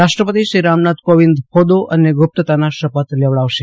રાષ્ટ્રપતિ શ્રી રામનાથ કોવિંન્દ હોદ્દો અને ગુપ્તતાના શપથ લેવડાવશે